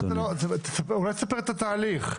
אולי תספר את התהליך.